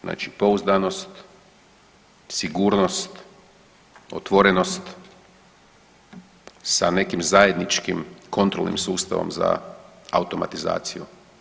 Znači pouzdanost, sigurnost, otvorenost sa nekim zajedničkim kontrolnim sustavom za automatizaciju.